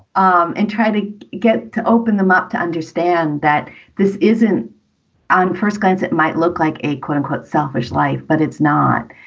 um and try to get to open them up to understand that this isn't on first glance, it might look like a quote unquote, selfish life, but it's not.